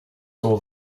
saw